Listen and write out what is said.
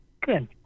Good